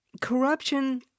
corruption